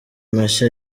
mashya